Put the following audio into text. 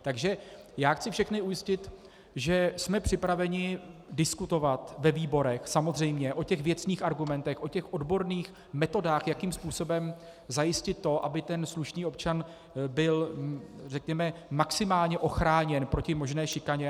Takže chci všechny ujistit, že jsme připraveni diskutovat ve výborech, samozřejmě o věcných argumentech, o odborných metodách, jakým způsobem zajistit to, aby slušný občan byl maximálně ochráněn proti možné šikaně.